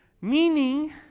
meaning